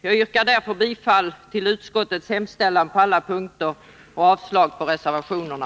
Jag yrkar därför bifall till utskottets hemställan på alla punkter och avslag på reservationerna.